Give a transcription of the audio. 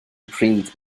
pryd